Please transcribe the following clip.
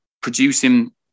producing